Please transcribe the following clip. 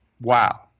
wow